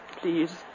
please